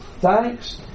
Thanks